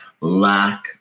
lack